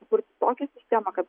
sukurti tokią sistemą kad